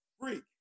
freak